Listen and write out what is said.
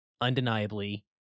undeniably